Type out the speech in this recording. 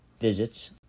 visits